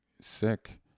sick